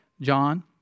John